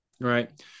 right